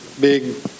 big